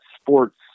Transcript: sports